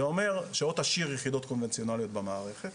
זה אומר שמצד אחד או שתשאיר יחידות קונבנציונאליות במערכת,